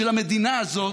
של המדינה הזאת,